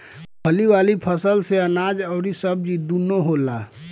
फली वाला फसल से अनाज अउरी सब्जी दूनो होला